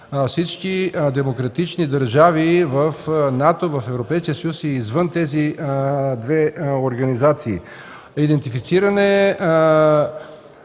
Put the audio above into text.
всички демократични държави в НАТО, в Европейския съюз и извън тези две организации. Идентифициране